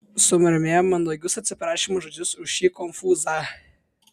sumurmėjo mandagius atsiprašymo žodžius už šį konfūzą